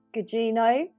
Gugino